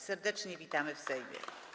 Serdecznie witamy w Sejmie.